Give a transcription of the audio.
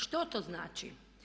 Što to znači?